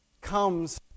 comes